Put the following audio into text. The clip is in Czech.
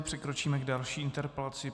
Přikročíme k další interpelaci.